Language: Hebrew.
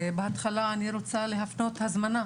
בהתחלה אני רוצה להפנות הזמנה